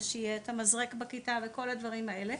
ושיהיה את המזרק בכיתה וכל הדברים האלה,